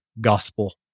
gospel